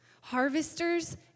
harvesters